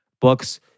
books